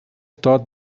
thought